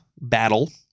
battle